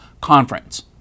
Conference